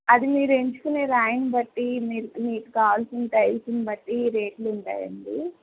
అది మీరు ఎంచుకునే రాయిని బట్టి మీరు మీకు కావలసిన టైల్స్ని బట్టి రేట్లు ఉంటాయండి